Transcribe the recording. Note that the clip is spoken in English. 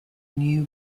new